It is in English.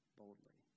boldly